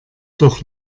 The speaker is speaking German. doch